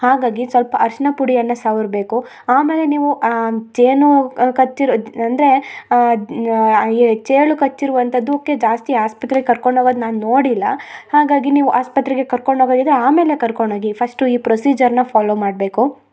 ಹಾಗಾಗಿ ಸ್ವಲ್ಪ ಅರಿಶಿನ ಪುಡಿಯನ್ನ ಸವ್ರ್ಬೇಕು ಆಮೇಲೆ ನೀವು ಆ ಜೇನು ಕಚ್ಚಿರೊ ಅಂದರೆ ಈ ಚೇಳು ಕಚ್ಚಿರುವಂತದೂಕೆ ಜಾಸ್ತಿ ಆಸ್ಪತ್ರೆಗೆ ಕರ್ಕೊಂಡು ಹೋಗೋದ್ ನಾನು ನೋಡಿಲ್ಲ ಹಾಗಾಗಿ ನೀವು ಆಸ್ಪತ್ರೆಗೆ ಕರ್ಕೊಂಡು ಹೋಗೊದಿದ್ರೆ ಆಮೇಲೆ ಕರ್ಕೊಂಡು ಹೋಗಿ ಫಸ್ಟು ಈ ಪ್ರೊಸಿಜರ್ನ ಫಾಲೋ ಮಾಡಬೇಕು